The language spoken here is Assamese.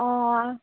অঁ